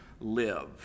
live